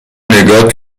نگات